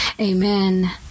amen